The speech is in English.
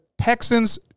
Texans